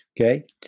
Okay